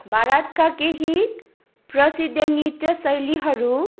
भारतका केही प्रसिद्ध नृत्य शैलीहरू